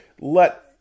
let